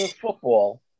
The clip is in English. football